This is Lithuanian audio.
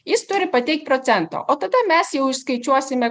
jis turi pateikt procento o tada mes jau išskaičiuosime